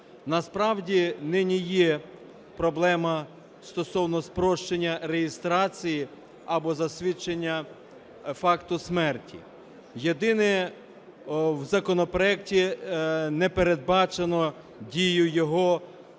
Насправді, нині є проблема стосовно спрощення реєстрації або засвідчення факту смерті. Єдине – в законопроекті не передбачено дію його